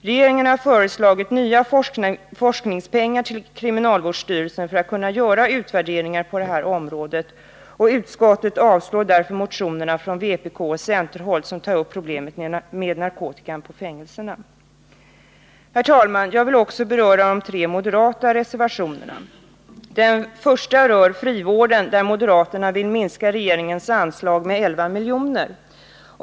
Regeringen har föreslagit nya forskningspengar till kriminalvårdsstyrelsen för att man där skall kunna göra utvärderingar. Utskottet avstyrker därför de motioner från vpkoch centerhåll som tar upp problemet med narkotikan på fängelserna. Herr talman! Jag vill också beröra de tre moderata reservationerna. Den första rör frivården, där moderaterna vill minska det av regeringen föreslagna anslaget med 11 miljoner.